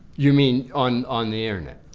you mean on on the internet?